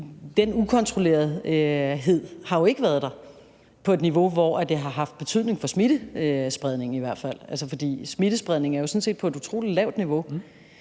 den ukontrollerethed har jo ikke været der – på et niveau, hvor det har haft betydning for smittespredningen i hvert fald. For smittespredningen er sådan set på et utrolig lavt niveau,